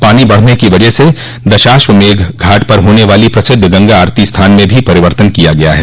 पानी बढ़ने की वजह से दशाश्वमेघ घाट पर होने वाली प्रसिद्ध गंगा आरती स्थान में भी परिवर्तन किया गया है